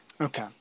Okay